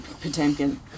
potemkin